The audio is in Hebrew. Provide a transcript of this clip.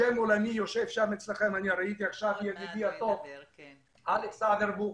שם עולמי שיושב אצלכם בישיבה אלכס אברבוך.